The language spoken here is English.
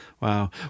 Wow